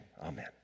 amen